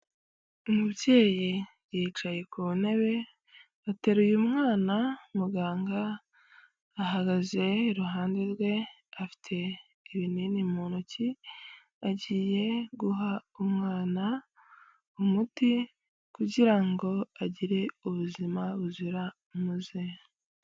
Umubyeyi yicaye ku ntebe, ateruye umwana, muganga ahagaze iruhande rwe, afite ibinini mu ntoki, agiye guha umwana umuti, kugira ngo agire ubuzima buzira umuze.